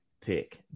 pick